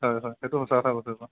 হয় হয় সেইটো সঁচা কথা কৈছে ছাৰ